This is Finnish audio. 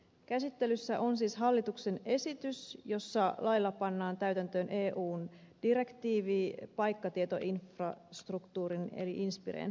käsittelyssä on siis hallituksen esitys jossa lailla pannaan täytäntöön eun direktiivi paikkatietoinfrastruktuurin eli inspiren perustamisesta